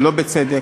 שלא בצדק.